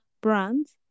brands